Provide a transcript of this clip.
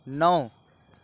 نو